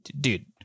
dude